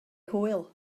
hwyl